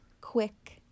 quick